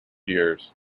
years